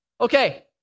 Okay